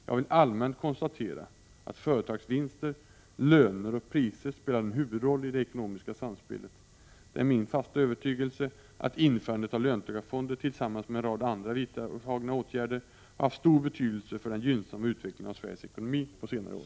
Jag vill allmänt konstatera att företagsvinster, löner och priser spelar en huvudroll i det ekonomiska samspelet. Det är min fasta övertygelse att införandet av löntagarfonder tillsammans med en rad andra vidtagna åtgärder har haft stor betydelse för den gynnsamma utvecklingen av Sveriges ekonomi under senare år.